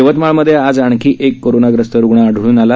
यवतमाळमध्ये आज आणखी एक कोरोनाग्रस्त आढळून आला